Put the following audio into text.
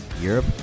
Europe